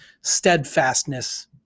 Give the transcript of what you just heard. steadfastness